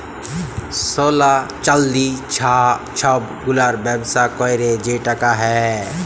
সলা, চাল্দি, চাঁ ছব গুলার ব্যবসা ক্যইরে যে টাকা হ্যয়